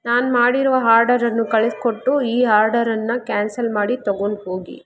ನಾನು ಮಾಡಿರುವ ಆರ್ಡರನ್ನು ಕಳಿಸ್ಕೊಟ್ಟು ಈ ಆರ್ಡರನ್ನ ಕ್ಯಾನ್ಸಲ್ ಮಾಡಿ ತಗೊಂಡು ಹೋಗಿ